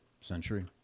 century